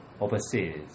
overseas